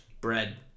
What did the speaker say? Bread